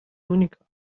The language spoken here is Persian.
مونیکا